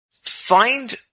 find